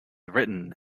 written